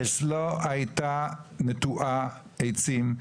הארץ לא היתה נטועה עצים.